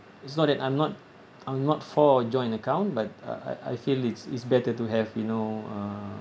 it's not that I'm not I'm not for joint account but uh I feel it's it's better to have you know uh